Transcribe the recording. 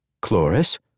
Chloris